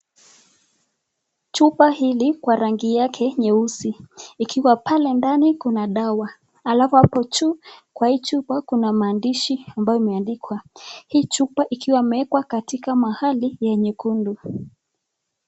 Chupa hili kwa rangi yake nyeusi ikiwa pale ndani kuna dawa alafu hapo juu kwa hii chupa kuna maandishi ambayo imeandikwa, jhii chupa ikiwa imewekwa mahali ya nyekundu.